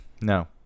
No